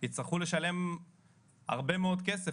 יצטרכו לשלם הרבה מאוד כסף,